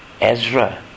Ezra